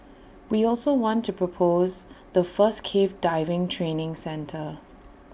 we also want to propose the first cave diving training centre